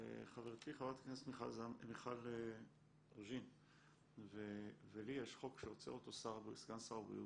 לחברתי חברת הכנסת מיכל רוזין ולי יש חוק שעוצר אותו סגן שר הבריאות,